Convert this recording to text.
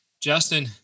Justin